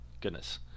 goodness